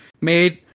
made